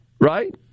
right